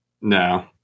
No